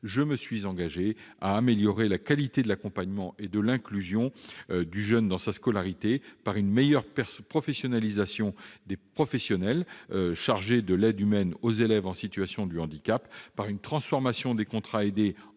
je me suis engagé à améliorer la qualité de l'accompagnement et de l'inclusion du jeune dans sa scolarité par une meilleure professionnalisation des personnels chargés de l'aide humaine aux élèves en situation de handicap, par une transformation des contrats aidés